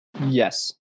Yes